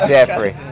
Jeffrey